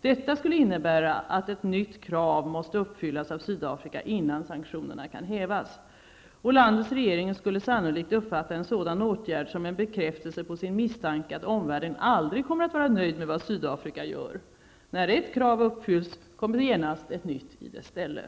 Detta skulle innebära att ett nytt krav måste uppfyllas av Sydafrika innan sanktionerna kan hävas. Landets regering skulle sannolikt uppfatta en sådan åtgärd som en bekräftelse på dess misstanke att omvärlden aldrig kommer att vara nöjd med vad Sydafrika gör. När ett krav är uppfyllt, kommer genast ett nytt i dess ställe.